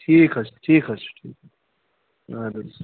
ٹھیٖک حظ ٹھیٖک حظ چھُ اَدٕ حظ